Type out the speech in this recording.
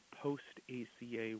post-ACA